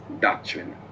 doctrine